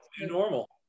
Normal